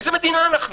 איזה מדינה אנחנו?